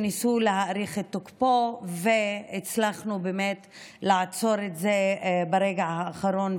שניסו להאריך את תוקפו והצלחנו באמת לעצור את זה ברגע האחרון.